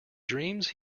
dreams